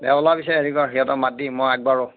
দে ওলা পিছে হেৰি কৰ ইহঁতক মাত দি মই আগবাঢ়োঁ